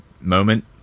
moment